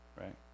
right